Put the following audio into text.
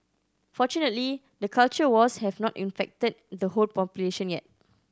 fortunately the culture wars have not infected the whole population yet